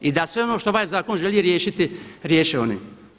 I da sve ono što ovaj zakon želi riješiti riješe oni.